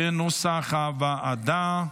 כנוסח הוועדה.